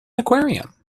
aquarium